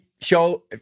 show